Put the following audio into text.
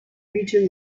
region